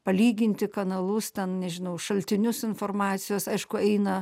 palyginti kanalus ten nežinau šaltinius informacijos aišku eina